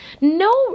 No